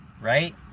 right